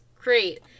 great